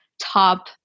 top